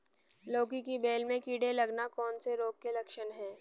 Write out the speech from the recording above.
लौकी की बेल में कीड़े लगना कौन से रोग के लक्षण हैं?